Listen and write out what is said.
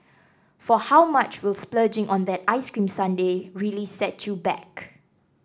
for how much will splurging on that ice cream sundae really set you back